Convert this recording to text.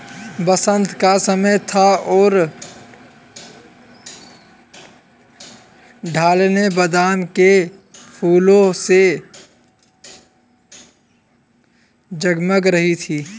बसंत का समय था और ढलानें बादाम के फूलों से जगमगा रही थीं